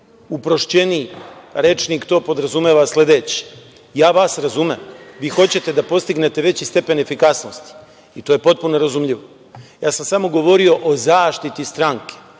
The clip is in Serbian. uprošćeniji rečnik, to podrazumeva sledeće. Ja vas razumem, vi hoćete da postignete veći stepen efikasnosti i to je potpuno razumljivo. Ja sam samo govorio o zaštiti stranke,